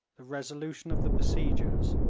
the resolution of the besiegers,